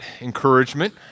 encouragement